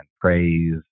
praise